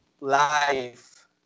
life